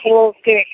okay